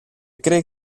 cree